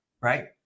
right